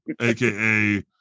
aka